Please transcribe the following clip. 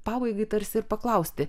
pabaigai tarsi ir paklausti